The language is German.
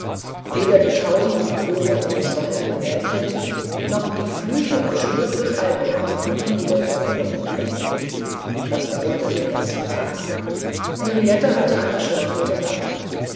weder die tausend liebkosungen des weinenden mädchens noch die flüche und schwüre des alten konnten ihn wieder zur vernunft bringen das dauerte den ganzen tag henriette hatte eine schlaflose nacht